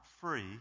free